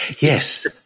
Yes